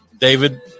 David